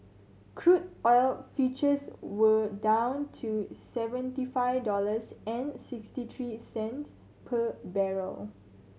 crude oil futures were down to seventy five dollars and sixty three cents per barrel